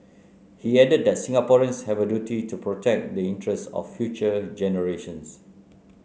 he added that Singaporeans have a duty to protect the interest of future generations